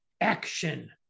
action